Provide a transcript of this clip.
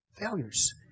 Failures